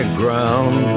ground